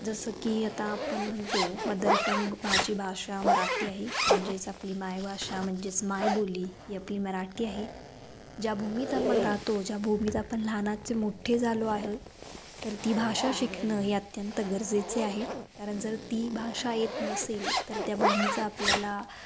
जसं की आता आपण म्हणतो मदर टंग भाझी भाषा मराठी आहे म्हणजेच आपली मायभषा म्हणजेच मायबोली ही आपली मराठी आहे ज्या भूमीत आपण राहतो ज्या भूमीत आपण लहनाचे मोठ्ठे झालो आहे तर ती भाषा शिकणं ही अत्यंत गरजेचे आहे कारण जर ती भाषा येत नसेल तर त्या भूमीचा आपल्याला